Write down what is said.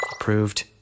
Approved